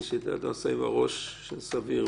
ונתנו ליועץ המשפטי,